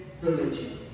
religion